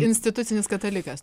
institucinis katalikas